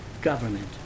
government